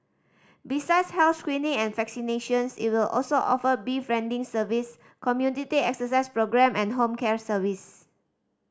besides health screening and vaccinations it will also offer befriending service community exercise programme and home care service